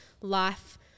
life